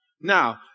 Now